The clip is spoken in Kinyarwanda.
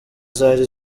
zari